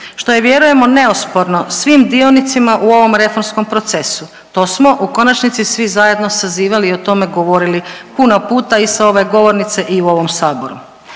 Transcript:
što je vjerujemo neosporno svim dionicima u ovom reformskom procesu. To smo u konačnici svi zajedno sazivali i o tome govorili puno puta i s ove govornice i u ovom saboru.